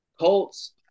Colts